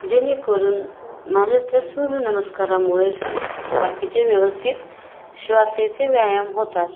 जेणेकरून माझ्या त्या सूर्यनमस्कारामुळे बाकीचे व्यवस्थित श्वासाचे व्यायाम होतात